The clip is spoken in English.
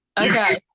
Okay